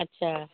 اچھا